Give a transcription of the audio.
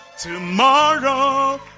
Tomorrow